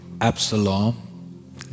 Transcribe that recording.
Absalom